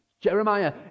Jeremiah